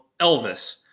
Elvis